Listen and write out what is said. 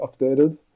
updated